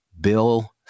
Bill